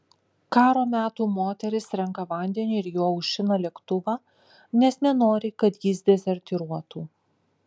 karo metų moteris renka vandenį ir juo aušina lėktuvą nes nenori kad jis dezertyruotų